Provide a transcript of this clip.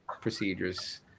procedures